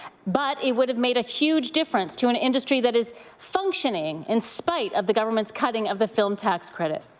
but it would have made a huge difference to an industry that is functioning in spite of the government's cutting of the film tax credit.